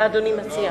מה אתה מציע?